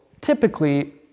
typically